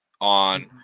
on